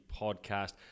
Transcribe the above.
podcast